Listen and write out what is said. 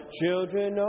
children